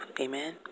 Amen